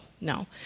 no